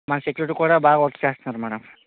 మన సెక్యూరిటీ కూడా బాగా వర్క్ చేస్తున్నారు మేడమ్